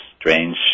strange